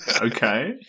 Okay